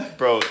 bro